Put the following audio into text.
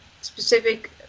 specific